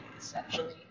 essentially